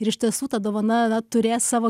ir iš tiesų ta dovana na turės savo